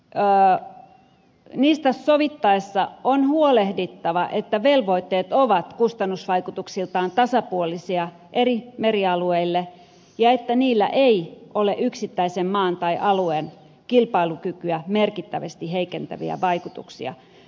enää ei niitä sovi sovittaessa on huolehdittava että velvoitteet ovat kustannusvaikutuksiltaan tasapuolisia eri merialueille ja että niillä ei ole yksittäisen maan tai alueen kilpailukykyä merkittävästi heikentäviä vaikutuksia